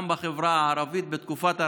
גם בחברה הערבית בתקופת הרמדאן,